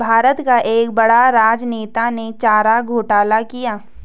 भारत का एक बड़ा राजनेता ने चारा घोटाला किया